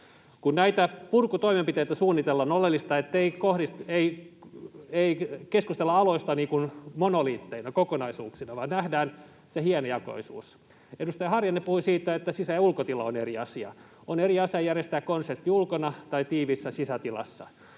Kun näitä purkutoimenpiteitä suunnitellaan, on oleellista, ettei keskustella aloista niin kuin monoliitteina, kokonaisuuksina, vaan nähdään se hienojakoisuus. Edustaja Harjanne puhui siitä, että sisä- ja ulkotila on eri asia. On eri asia järjestää konsertti ulkona kuin tiiviissä sisätilassa.